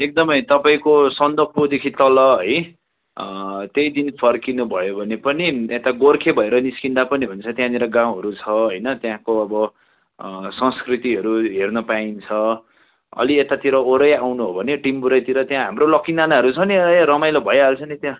एकदमै तपाईँको सन्दकपुरदेखिको तल है त्यही दिन फर्किनु भयो भने पनि यता गोर्खे भएर निस्कँदा पनि हुन्छ त्यहाँनिर गाउँहरू छ होइन त्यहाँको अब संस्कृतिहरू हेर्न पाइन्छ अलि यतातिर वरै आउनु हो भने टिम्बुरेतिर त्यहाँ हाम्रो लक्की नानाहरू छ नि ए रमाइलो भइहाल्छ नि त्यहाँ